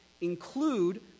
include